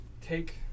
take